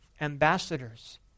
ambassadors